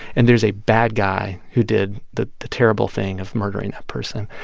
and there's a bad guy who did the the terrible thing of murdering a person.